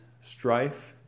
strife